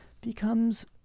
becomes